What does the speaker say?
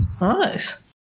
Nice